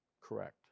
Correct